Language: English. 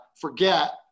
forget